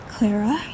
Clara